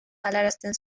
galarazten